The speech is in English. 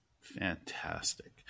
Fantastic